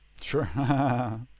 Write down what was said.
Sure